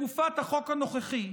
בתקופת החוק הנוכחי,